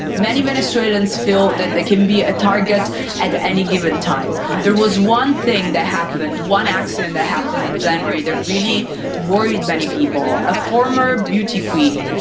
many venezuelans feel that they can be a target at any given time. there was one thing that happened, one accident that happened in january that really worried many people. a former beauty queen,